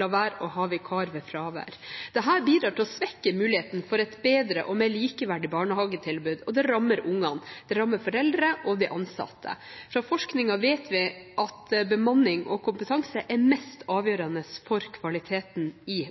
la være å ha vikar ved fravær. Dette bidrar til å svekke muligheten for et bedre og mer likeverdig barnehagetilbud. Det rammer barna, og det rammer foreldrene og de ansatte. Fra forskningen vet vi at bemanning og kompetanse er mest avgjørende for kvaliteten i